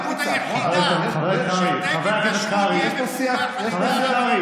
ההסתייגות היחידה, כשרות יהיה מפוקח על ידי הרבנות